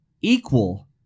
equal